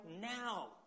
now